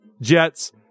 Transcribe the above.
Jets